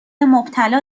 مبتلا